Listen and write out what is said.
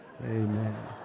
Amen